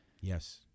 Yes